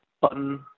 button